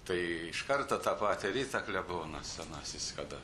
tai iš karto tą patį rytą klebonas senasis kada